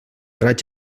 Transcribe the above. raig